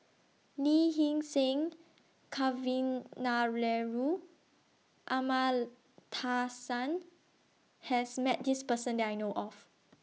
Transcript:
Lee Hee Seng Kavignareru has Met This Person that I know of